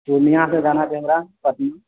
पूर्णियासँ जाना छै हमरा पटना